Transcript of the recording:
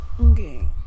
Okay